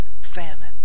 famine